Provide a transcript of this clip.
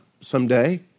someday